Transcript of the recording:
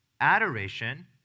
adoration